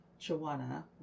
chawana